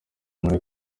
muri